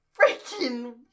Freaking